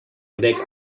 greg